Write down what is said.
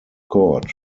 court